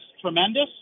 tremendous